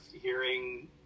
hearing